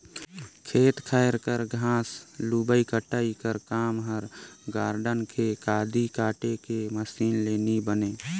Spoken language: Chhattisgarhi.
खेत खाएर कर घांस लुबई कटई कर काम हर गारडन के कांदी काटे के मसीन ले नी बने